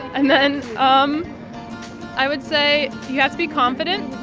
and then um i would say you have to be confident.